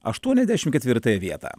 aštuoniasdešimt ketvirtąją vietą